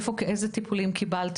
איזה טיפול הוא קיבל,